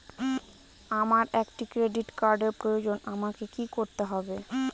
আমার একটি ক্রেডিট কার্ডের প্রয়োজন আমাকে কি করতে হবে?